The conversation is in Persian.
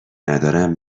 ندارم